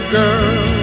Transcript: girl